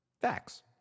Facts